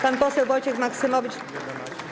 Pan poseł Wojciech Maksymowicz.